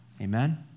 Amen